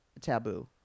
taboo